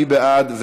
מי בעד?